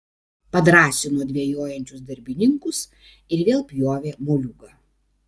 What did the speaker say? padrąsino dvejojančius darbininkus ir vėl pjovė moliūgą